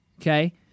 Okay